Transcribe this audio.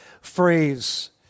phrase